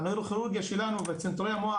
הנוירוכירורגיה שלנו וצנתורי המוח,